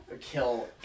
kill